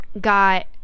got